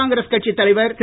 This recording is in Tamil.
காங்கிரஸ் கட்சித் தலைவர் திரு